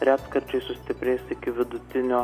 retkarčiais sustiprės iki vidutinio